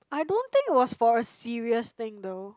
I don't think it was for a serious thing though